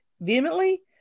vehemently